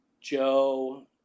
joe